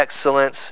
excellence